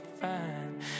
fine